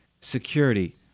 security